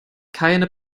keine